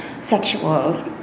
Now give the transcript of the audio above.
sexual